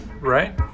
Right